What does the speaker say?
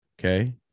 Okay